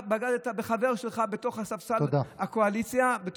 בגדת בחבר שלך בתוך ספסל הקואליציה, תודה.